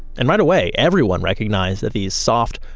and right away, everyone recognized that these soft,